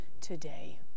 today